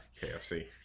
KFC